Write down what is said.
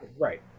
right